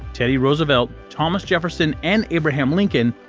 teddy roosevelt, thomas jefferson, and abraham lincoln,